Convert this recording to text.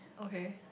okay